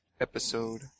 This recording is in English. Episode